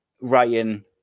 writing